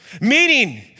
Meaning